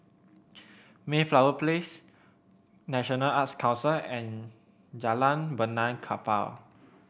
Mayflower Place National Arts Council and Jalan Benaan Kapal